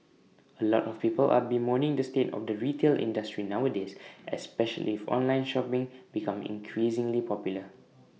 A lot of people are bemoaning the state of the retail industry nowadays especially for online shopping becoming increasingly popular